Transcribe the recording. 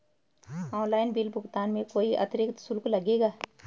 Online bill भुगतान में कोई अतिरिक्त शुल्क लगेगा?